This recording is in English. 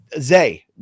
Zay